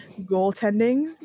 goaltending